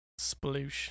Sploosh